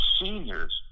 seniors